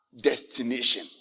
destination